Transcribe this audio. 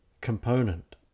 component